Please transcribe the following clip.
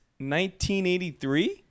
1983